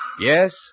Yes